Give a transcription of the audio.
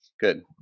Good